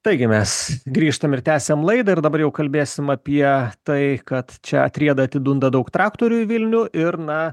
taigi mes grįžtam ir tęsiam laidą ir dabar jau kalbėsim apie tai kad čia atrieda atidunda daug traktorių į vilnių ir na